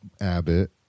abbott